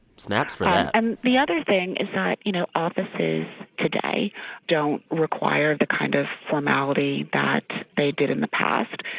snaps for that and the other thing is that, you know, offices today don't require the kind of formality that they did in the past.